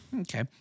okay